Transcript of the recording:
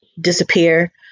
disappear